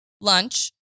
lunch